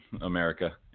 America